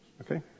okay